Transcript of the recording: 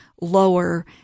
lower